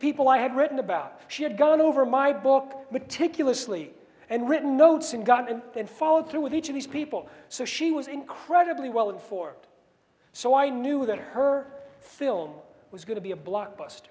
people i had written about she had gone over my book meticulously and written notes and got and then follow through with each of these people so she was incredibly well informed so i knew that her still was going to be a blockbuster